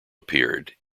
appeared